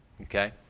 Okay